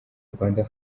rwanda